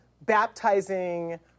baptizing